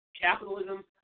Capitalism